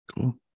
Cool